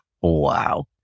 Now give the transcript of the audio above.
Wow